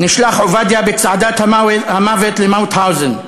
נשלח עובדיה בצעדת המוות למאוטהאוזן.